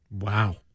Wow